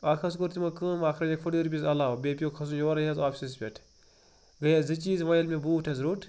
اَکھ حظ کٔر تِمو کٲم اَکھ رَچیٚکھ فورٹی رۄپیٖز علاوٕ بیٚیہِ پیٛو کھسُن یورٔے حظ آفِسَس پٮ۪ٹھ گٔے حظ زٕ چیٖز وۄنۍ ییٚلہِ مےٚ بوٗٹھ حظ روٚٹ